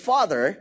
Father